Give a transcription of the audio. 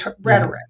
rhetoric